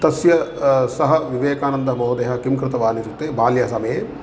तस्य सः विवेकानन्दमहोदयः किं कृतवानित्युक्ते बाल्यसमये